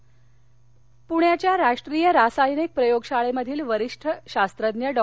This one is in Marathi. पारितोषिक पुण्याच्या राष्ट्रीय रासायनिक प्रयोगशाळेमधील वरीष्ठ शास्तज्ञ डॉ